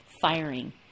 firing